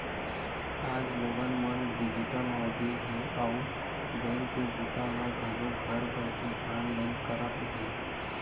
आज लोगन मन डिजिटल होगे हे अउ बेंक के बूता ल घलोक घर बइठे ऑनलाईन करत हे